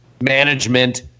management